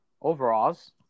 overalls